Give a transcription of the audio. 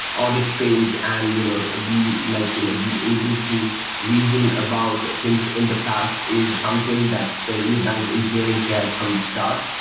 audit trails and you know being like you know being able to reason about things in the past is something that the nubank engineering cared from the start.